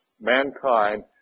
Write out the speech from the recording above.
mankind